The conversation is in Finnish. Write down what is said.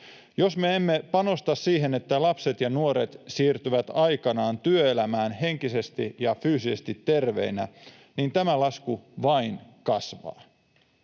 Jos me emme panosta siihen, että lapset ja nuoret siirtyvät aikanaan työelämään henkisesti ja fyysisesti terveinä, niin tämä lasku vain kasvaa.